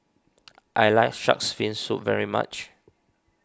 I like Shark's Fin Soup very much